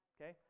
Okay